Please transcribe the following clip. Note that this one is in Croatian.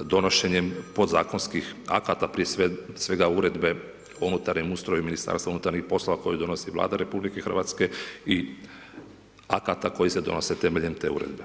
donošenjem podzakonskih akata prije svega o Unutarnjem ustroju MUP-a koju donosi Vlada RH i akata koji se donose temeljem te uredbe.